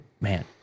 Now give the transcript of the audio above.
man